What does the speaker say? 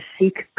seek